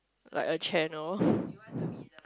like a channel